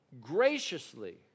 graciously